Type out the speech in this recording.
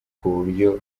kuburyo